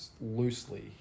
loosely